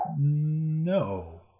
No